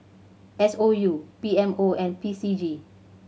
S O U P M O and P C G